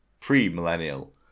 pre-millennial